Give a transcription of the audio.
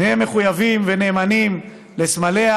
נהיה מחויבים ונאמנים לסמליה,